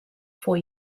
for